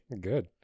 Good